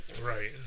Right